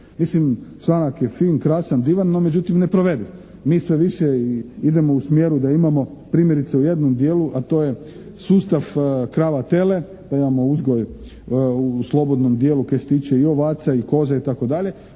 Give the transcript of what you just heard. Mislim članak je fin, krasan, divan. No, međutim neprovediv. Mi sve više idemo u smjeru da imamo primjerice u jednom dijelu a to je sustav krava, tele da imamo uzgoj u slobodnom dijelu kaj se tiče i ovaca i koza itd.,